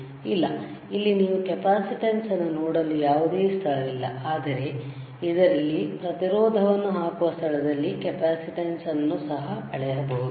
ಇಲ್ಲ ಅಲ್ಲಿ ನೀವು ಕೆಪಾಸಿಟನ್ಸ್ ಅನ್ನು ನೋಡಲು ಯಾವುದೇ ಸ್ಥಳವಿಲ್ಲ ಆದರೆ ಇದರಲ್ಲಿ ಪ್ರತಿರೋಧವನ್ನು ಹಾಕುವ ಸ್ಥಳದಲ್ಲಿ ಕೆಪಾಸಿಟನ್ಸ್ ಅನ್ನು ಸಹ ಅಳೆಯಬಹುದು